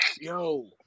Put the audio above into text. Yo